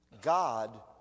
God